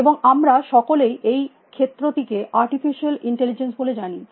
এবং আমরা সকলেই এই ক্ষেত্র টিকে আর্টিফিশিয়াল ইন্টেলিজেন্স বলে জানি